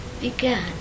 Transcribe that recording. began